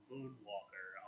Moonwalker